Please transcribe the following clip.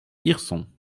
hirson